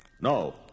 No